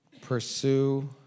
Pursue